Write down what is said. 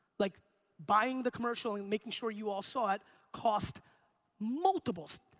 like buying the commercial and making sure you all saw it cost multiples,